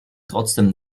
trotzdem